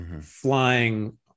Flying